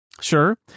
Sure